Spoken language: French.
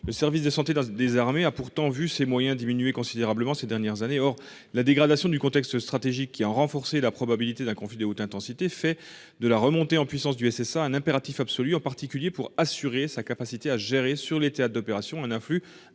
Le service de santé dans armées a pourtant vu ses moyens diminuer considérablement ces dernières années. Or la dégradation du contexte stratégique qui ont renforcé la probabilité d'un conflit de haute intensité, fait de la remontée en puissance du SSA un impératif absolu en particulier pour assurer sa capacité à gérer sur les théâtres d'opérations, un afflux